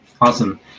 awesome